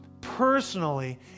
personally